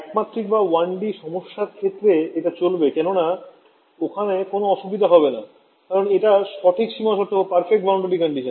একমাত্রিক সমস্যার ক্ষেত্রে এটা চলবে কেননা ওখানে কোন অসুবিধা হবে না কারণ এটা সঠিক সীমা শর্ত